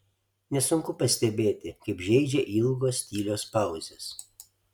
nesunku pastebėti kaip žeidžia ilgos tylios pauzės